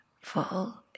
full